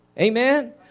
Amen